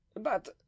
But